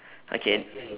okay